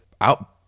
out